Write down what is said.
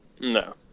No